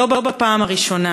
זו לא הפעם הראשונה.